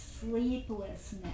sleeplessness